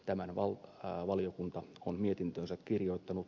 tämän valiokunta on mietintöönsä kirjoittanut